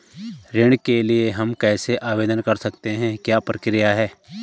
ऋण के लिए हम कैसे आवेदन कर सकते हैं क्या प्रक्रिया है?